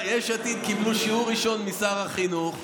יש עתיד קיבלו שיעור ראשון משר החינוך.